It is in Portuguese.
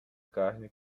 carne